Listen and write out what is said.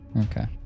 Okay